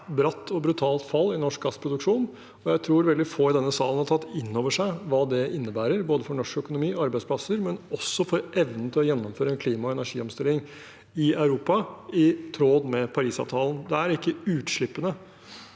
et svært bratt og brutalt fall i norsk gassproduksjon. Jeg tror veldig få i denne salen har tatt innover seg hva det innebærer, både for norsk økonomi og arbeidsplasser, og også for evnen til å gjennomføre en klima- og energiomstilling i Europa i tråd med Parisavtalen. Det er ikke olje